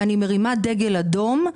ואני מרימה דגל אדום בעניין.